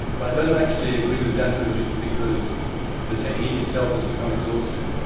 but i don't actually agree with danto that it's because the technique itself has become exhausted.